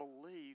believe